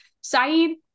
Saeed